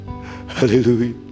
Hallelujah